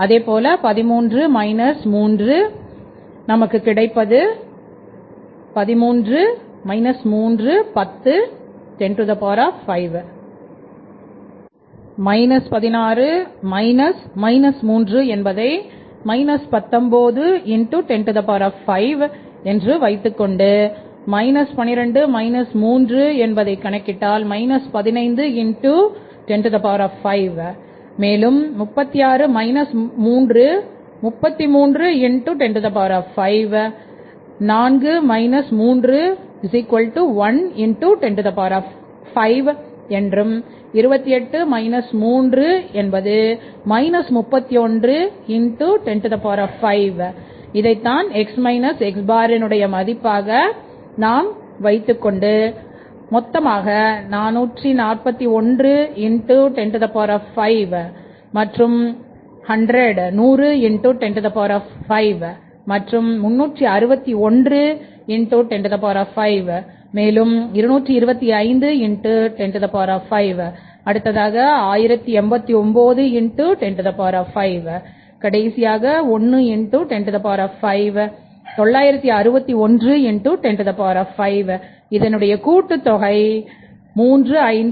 அதேபோல 13 3 என்பதை 10x105 என்றும் 162 இதனுடைய மதிப்பு 441x105 மற்றும் 100x105 மற்றும் 361x105 மேலும் 225x105 அடுத்ததாக 1089x105 அடுத்து 1x105 கடைசியாக 961x105 இதனுடைய கூட்டுத்தொகை 3578x105